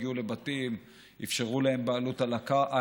הגיעו לבתים ואפשרו להם בעלות על הבית,